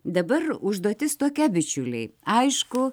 dabar užduotis tokia bičiuliai aišku